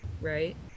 right